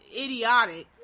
idiotic